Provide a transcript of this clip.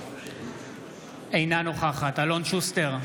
אינה נוכחת אלון שוסטר,